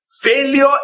failure